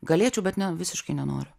galėčiau bet ne visiškai nenoriu